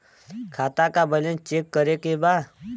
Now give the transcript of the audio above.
खाता का balance check करे के बा?